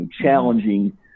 challenging